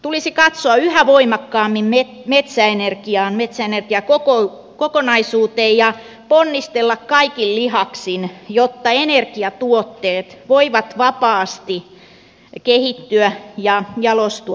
tulisi katsoa yhä voimakkaammin metsäenergiaan metsäenergiakokonaisuuteen ja ponnistella kaikin lihaksin jotta energiatuotteet voivat vapaasti kehittyä ja jalostua maassamme